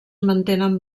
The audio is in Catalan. mantenen